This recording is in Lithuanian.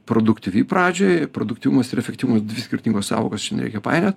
produktyvi pradžioj produktyvumas ir efektyvus dvi skirtingos sąvokos čia nereikia painiot